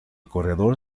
corredor